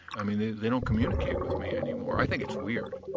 i mean they don't communicate with me anymore i think it's weird.